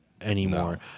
anymore